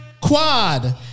Quad